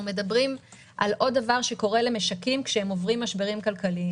אנחנו מדברים על עוד דבר שקורה למשקים כשהם עוברים משברים כלכליים